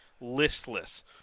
listless